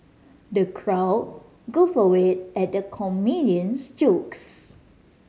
the crowd guffawed at the comedian's jokes